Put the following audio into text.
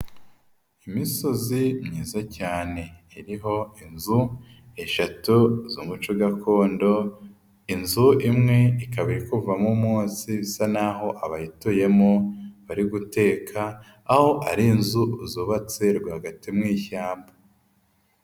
Imisozi myiza cyane iriho inzu eshatu z'umuco gakondo, inzu imwe ikaba iri kuvamo umwotsi isa n'aho abayituyemo bari guteka aho ari inzu zubatse rwagati mu ishyamba.